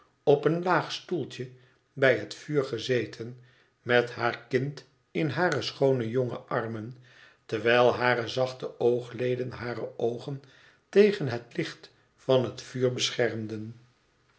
op een laag stoeltje bij het vuur gezeten met haar kind in hare schoone jonge armen terwijl hare zachte oogleden hare oogen tegen het licht van het vuur beschermden